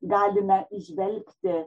galime įžvelgti